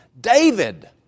David